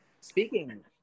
Speaking